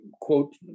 quote